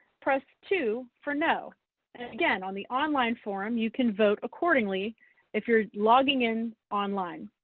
press two for no. and again on the online forum, you can vote accordingly if you're logging in online.